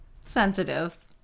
sensitive